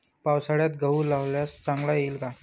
पावसाळ्यात गहू लावल्यास चांगला येईल का?